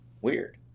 weird